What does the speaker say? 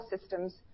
systems